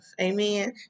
amen